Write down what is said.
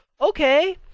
okay